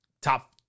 top